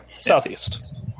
Southeast